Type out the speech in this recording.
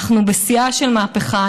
אנחנו בשיאה של מהפכה.